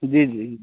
जी जी